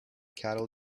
cattle